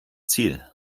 ziel